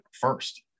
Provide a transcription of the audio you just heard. first